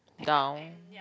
down